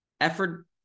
Effort